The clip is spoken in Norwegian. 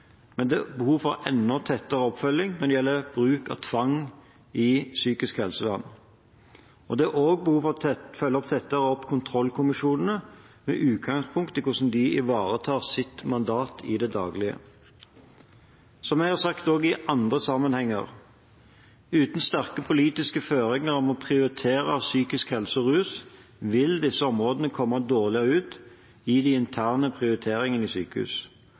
men det er behov for enda tettere oppfølging når det gjelder bruk av tvang i psykisk helsevern. Det er også behov for å følge tettere opp kontrollkommisjonene med utgangspunkt i hvordan de ivaretar sitt mandat i det daglige. Som jeg har sagt i andre sammenhenger: Uten sterke politiske føringer om å prioritere psykisk helse og rus vil disse områdene komme dårligere ut i de interne prioriteringene i